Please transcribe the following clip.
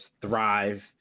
thrive